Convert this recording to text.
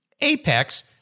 Apex